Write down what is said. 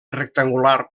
rectangular